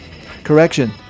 Correction